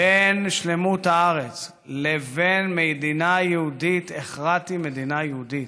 בין שלמות הארץ לבין מדינה יהודית הכרעתי מדינה יהודית.